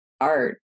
art